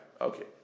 Okay